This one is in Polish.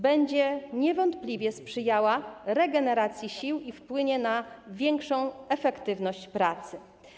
Będzie to niewątpliwie sprzyjało regeneracji sił i wpłynie na większą efektywność pracy.